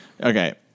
okay